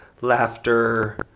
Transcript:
laughter